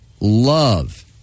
love